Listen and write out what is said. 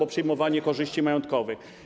o przyjmowanie korzyści majątkowych.